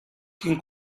quin